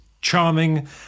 charming